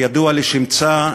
הידוע לשמצה,